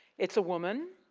it's a woman.